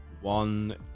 one